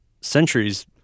centuries